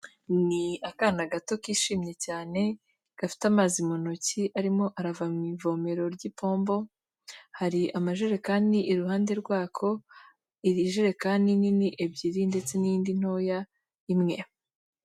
Ni akana gato kishimye cyane, gafite amazi mu ntoki arimo arava mu ivomero ry'ipombo, hari amajerekani iruhande rwako, ijerekani nini ebyiri ndetse n'indi ntoya imwe.